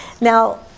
Now